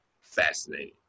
fascinating